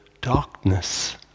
darkness